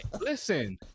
listen